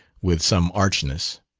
with some archness.